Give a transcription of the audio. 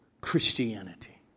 Christianity